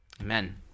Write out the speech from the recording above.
amen